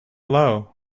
low